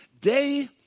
Day